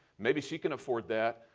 maybe she can afford that.